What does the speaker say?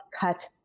cut